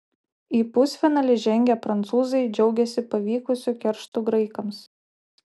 į pusfinalį žengę prancūzai džiaugiasi pavykusiu kerštu graikams